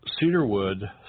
cedarwood